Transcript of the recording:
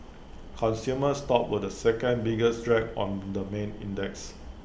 consumer stocks were the second biggest drag on the main index